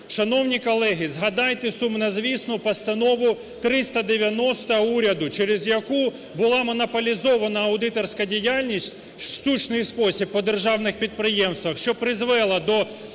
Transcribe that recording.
Шановні колеги, згадайте сумнозвісну постанову 390 уряду, через яку була монополізована аудиторська діяльність в штучний спосіб по державних підприємствах, що призвела до